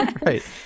right